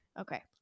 Okay